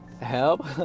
Help